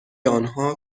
آنها